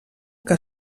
que